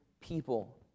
people